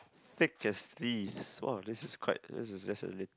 thick as thieves !wah! this is quite this is just a